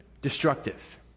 destructive